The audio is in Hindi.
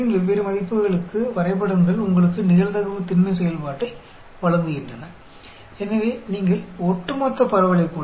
जैसा कि आप देख सकते हैं कि विभिन्न मूल्यों के लिए ग्राफ़ आपको प्रोबेबिलिटी डेंसिटी फ़ंक्शन देता है